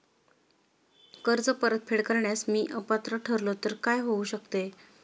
कर्ज परतफेड करण्यास मी अपात्र ठरलो तर काय होऊ शकते?